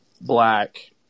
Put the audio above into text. black